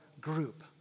group